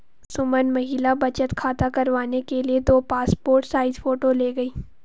सुमन महिला बचत खाता करवाने के लिए दो पासपोर्ट साइज फोटो ले गई